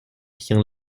tient